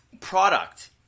product